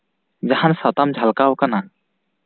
ᱡᱟᱦᱟᱱ ᱥᱟᱛᱟᱢ ᱡᱷᱟᱞᱠᱟᱣ ᱠᱟᱱᱟ